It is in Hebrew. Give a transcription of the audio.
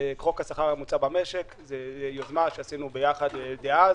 מחוק השכר הממוצע במשק זאת יוזמה שעשינו ביחד דאז,